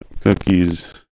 cookies